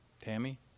tammy